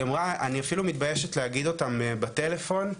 היא אמרה אני אפילו מתביישת להגיד אותם בטלפון,